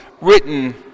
written